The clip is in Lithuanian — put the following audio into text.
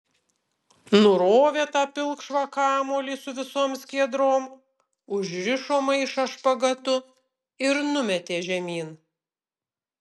nurovė tą pilkšvą kamuolį su visom skiedrom užrišo maišą špagatu ir numetė žemyn